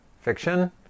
fiction